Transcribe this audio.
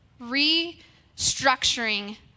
restructuring